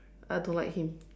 I don't like him